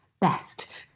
best